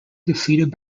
defeated